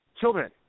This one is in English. children